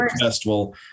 festival